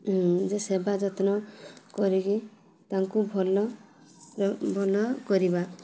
ଯେ ସେବା ଯତ୍ନ କରିକି ତାଙ୍କୁ ଭଲ ଭଲ କରିବା